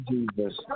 Jesus